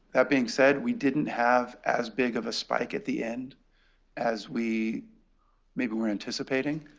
that being said, we didn't have as big of a spike at the end as we maybe were anticipating.